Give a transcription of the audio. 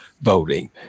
voting